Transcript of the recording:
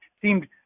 seemed